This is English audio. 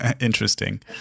interesting